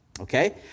okay